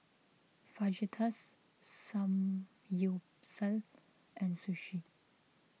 Fajitas Samgyeopsal and Sushi